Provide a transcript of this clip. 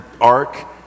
ark